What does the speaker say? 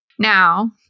Now